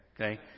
Okay